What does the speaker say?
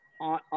on